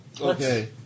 Okay